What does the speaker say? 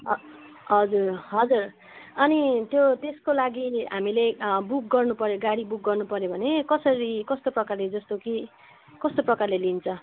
हजुर हजुर अनि त्यो त्यसको लागि हामीले बुक गर्नु पऱ्यो गाडी बुक गर्नु पऱ्यो भने कसरी कस्तो प्रकारले जस्तो कि कस्तो प्रकारले लिन्छ